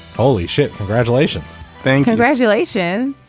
holy shit. congratulations thank congratulation.